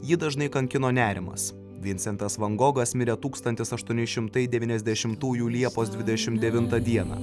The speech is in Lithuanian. jį dažnai kankino nerimas vincentas van gogas mirė tūkstantis aštuoni šimtai devyniasdešimtųjų liepos dvidešim devintą dieną